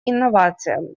инновациям